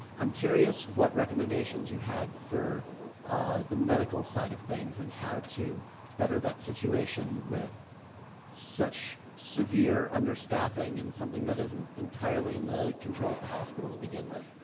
i'm curious what recommendations you had for the medical side of things, and how to better that situation with such severe under-staffing, and something that isn't entirely in the control of the hospital to begin with?